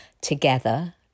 together